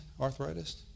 Arthritis